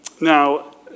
now